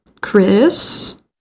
Chris